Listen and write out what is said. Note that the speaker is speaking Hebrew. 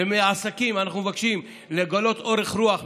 ומעסקים אנחנו מבקשים לגלות אורך רוח,